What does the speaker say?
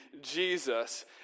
Jesus